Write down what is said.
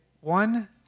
one